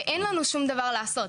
ואין לנו שום דבר לעשות.